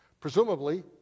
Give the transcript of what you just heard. Presumably